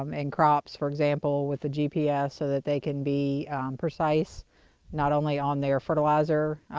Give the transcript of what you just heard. um in crops, for example, with a gps so that they can be precise not only on their fertilizer,